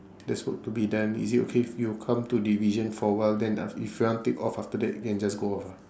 there's work to be done is it okay if you come to division for awhile then af~ if you want take off after that you can just go off ah